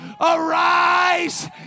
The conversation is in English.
Arise